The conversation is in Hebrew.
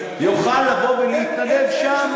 יוכל לבוא ולהתנדב שם.